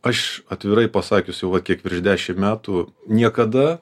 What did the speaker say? aš atvirai pasakius jau va kiek virš dešimt metų niekada